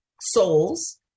souls